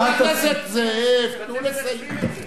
עכשיו היא תבקש לעלות כי אתה תוקף אותה.